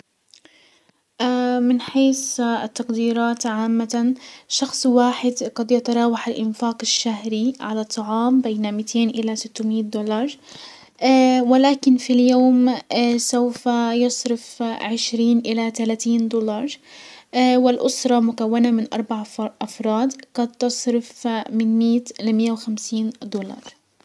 من حيس التقديرات، عامة شخص واحد قد يتراوح الانفاق الشهري على الطعام بين ميتين الى ستميت دولار ولكن في اليوم سوف يصرف عشرين الى تلاتين دولار ، والاسرة مكونة من اربع افراد قد تصرف من مية لمية وخمسين دولار.